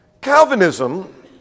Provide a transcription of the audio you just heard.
Calvinism